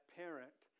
parent